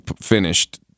finished